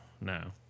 no